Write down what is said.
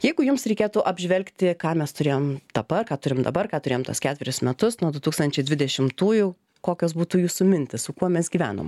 jeigu jums reikėtų apžvelgti ką mes turėjom dabar ką turim dabar ką turėjom tuos ketverius metus nuo du tūkstančiai dvidešimtųjų kokios būtų jūsų mintys su kuo mes gyvenom